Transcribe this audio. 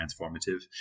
transformative